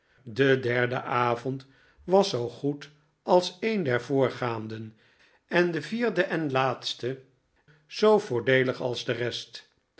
de derde avond was zoo goed als een der voorgaanden en de viorde en laatste zoo voordeelig als de rest